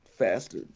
faster